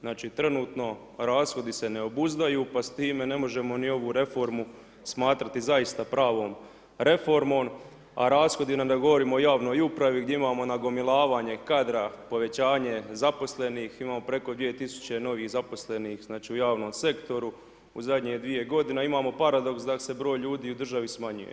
Znači trenutno, rashodi se ne obuzdaju, pa s time ne možemo ni ovu reformu smatrati zaista pravom reformom, a rashodi da ne govorimo o javnoj upravi, gdje imamo nagomilavanje kadra, povećanje zaposlenih, imamo preko 2000 novih zaposlenih, znači u javnom sektoru u zadnje 2 g. a imamo paradoks da se broj ljudi u državi smanjuje.